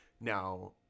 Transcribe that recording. Now